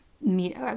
meet